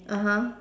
(uh huh)